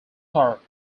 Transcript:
clark